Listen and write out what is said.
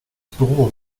büro